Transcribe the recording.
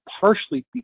partially